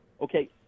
Okay